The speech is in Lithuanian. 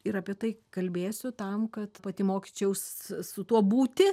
ir apie tai kalbėsiu tam kad pati mokyčiaus su tuo būti